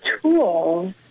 tools